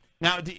Now